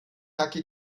hacke